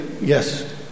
Yes